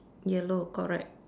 yellow correct